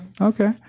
okay